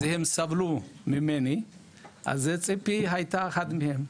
הם סבלו ממני, אז ציפי הייתה אחת מהם.